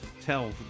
Tell